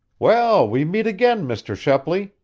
well, we meet again, mr. shepley!